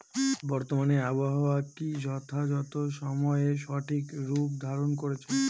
বর্তমানে আবহাওয়া কি যথাযথ সময়ে সঠিক রূপ ধারণ করছে?